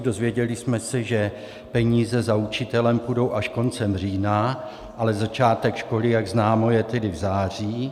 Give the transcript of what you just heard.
Dozvěděli jsme se, že peníze za učitelem půjdou až koncem října, ale začátek školy, jak známo, je tedy v září.